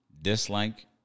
Dislike